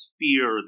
fear